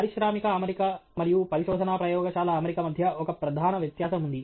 పారిశ్రామిక అమరిక మరియు పరిశోధనా ప్రయోగశాల అమరిక మధ్య ఒక ప్రధాన వ్యత్యాసం ఉంది